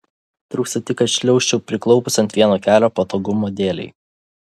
trūksta tik kad šliaužčiau priklaupus ant vieno kelio patogumo dėlei